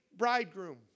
bridegroom